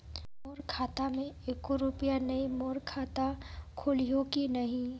मोर खाता मे एको रुपिया नइ, मोर खाता खोलिहो की नहीं?